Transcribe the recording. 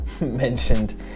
mentioned